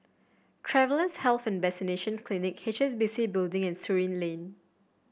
Travellers' Health and Vaccination Clinic H S B C Building and Surin Lane